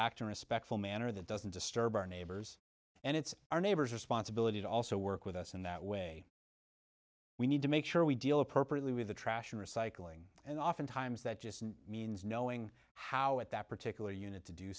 act in respectful manner that doesn't disturb our neighbors and it's our neighbors responsibility to also work with us in that way we need to make sure we deal appropriately with the trash and recycling and oftentimes that means knowing how at that particular